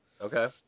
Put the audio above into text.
Okay